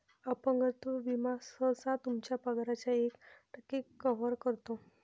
अपंगत्व विमा सहसा तुमच्या पगाराच्या एक टक्के कव्हर करतो